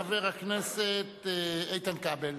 חבר הכנסת איתן כבל.